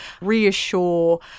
reassure